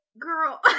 Girl